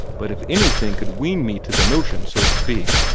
but if anything could wean me to the notion, so to speak,